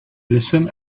listen